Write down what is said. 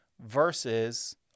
versus